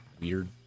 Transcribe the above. weird